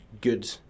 good